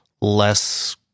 less